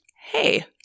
hey